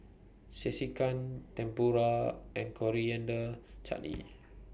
Sekihan Tempura and Coriander Chutney